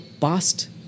past